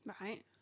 Right